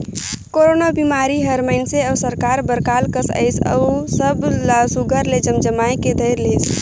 corona बिमारी हर मइनसे अउ सरकार बर काल कस अइस अउ सब ला सुग्घर ले जमजमाए के धइर लेहिस